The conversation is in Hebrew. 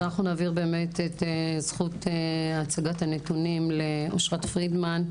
אנחנו נעביר את זכות הצגת הנתונים לאושרה פרידמן,